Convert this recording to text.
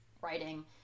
writing